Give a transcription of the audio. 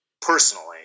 Personally